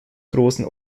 großem